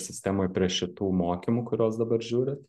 sistemoj prie šitų mokymų kuriuos dabar žiūrit